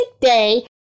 day